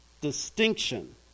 distinction